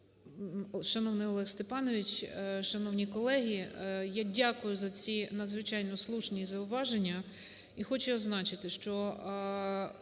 Шановний Олег Степанович, шановні колеги, я дякую за ці надзвичайно слушні зауваження і хочу означити, що